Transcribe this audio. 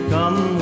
Come